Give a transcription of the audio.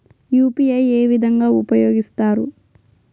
UPI ఏ విధంగా ఉపయోగిస్తారు?